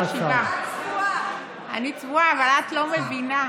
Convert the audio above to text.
למנוע ניתוק חשמל לאוכלוסיות מוחלשות.